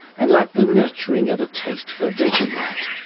and like the nurturing of a taste for vegemite.